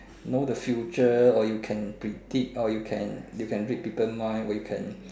know the future or you can predict or you can you can read people mind or you can